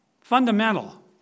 Fundamental